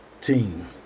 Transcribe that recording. team